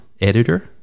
editor